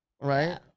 right